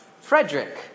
Frederick